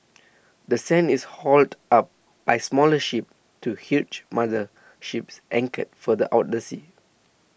the sand is hauled up by smaller ships to huge mother ships anchored further out the sea